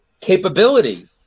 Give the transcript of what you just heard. capability